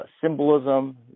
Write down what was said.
symbolism